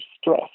stress